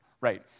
right